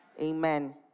Amen